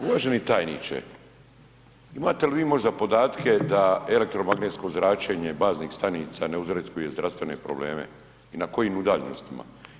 Uvaženi tajniče, imate li vi možda podatke da elektromagnetsko zračenje baznih stanice ne uzrokuje zdravstvene probleme i na kojim udaljenostima?